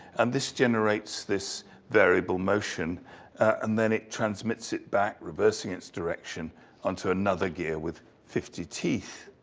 and this generates this variable motion and then it transmits it back, reversing its direction onto another gear with fifty teeth.